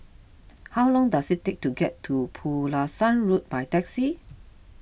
how long does it take to get to Pulasan Road by taxi